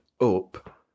up